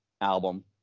album